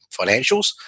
financials